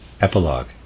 Epilogue